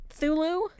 Thulu